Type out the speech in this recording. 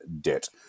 debt